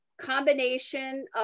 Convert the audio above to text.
combination